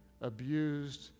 abused